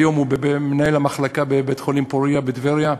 היום הוא מנהל המחלקה בבית-חולים "פורייה" בטבריה.